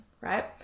right